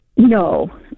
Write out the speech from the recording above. No